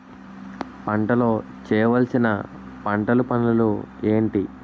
పంటలో చేయవలసిన పంటలు పనులు ఏంటి?